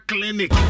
Clinic